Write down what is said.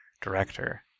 director